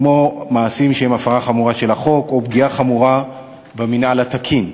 כמו מעשים שהם הפרה חמורה של החוק או פגיעה חמורה במינהל התקין.